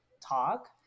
talk